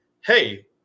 hey